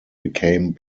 became